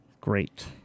Great